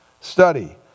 study